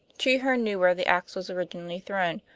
treherne knew where the ax was originally thrown.